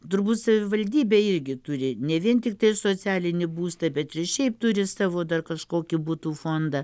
turbūt savivaldybė irgi turi ne vien tiktai socialinį būstą bet ir šiaip turi savo dar kažkokį butų fondą